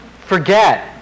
forget